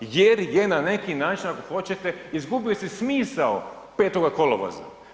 Jer je na neki način ako hoćete, izgubila se smisao 5. kolovoza.